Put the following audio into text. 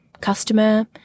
customer